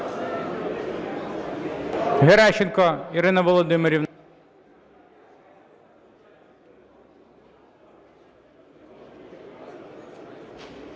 Геращенко Ірина Володимирівна.